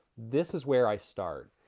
this is where i start.